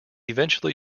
eventually